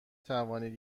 توانید